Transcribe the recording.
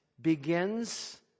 begins